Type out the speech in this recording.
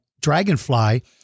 dragonfly